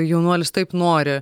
jaunuolis taip nori